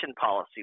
policy